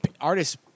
artists